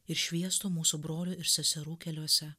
ir šviestų mūsų brolių ir seserų keliose